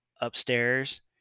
upstairs